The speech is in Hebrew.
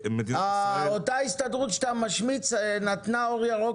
אותה הסתדרות שאתה משמיץ נתנה אור ירוק